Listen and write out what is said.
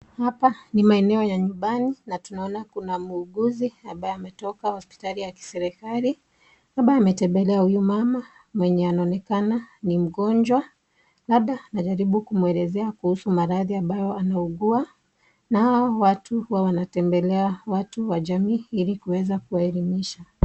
Hapa ni maeneo ya nyumbani na tunaona kuna mwuguzi ambaye ametoka hospitali ya kiserikali ambaye ametembelea huyu mama mwenye anaonekana ni mgonjwa. Labda anajaribu kumwelezea kuhusu maradhi ambayo anaugua na hao watu huwa wanatembelea watu wa jamii ili kuweza kuwaelimisha.